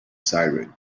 siren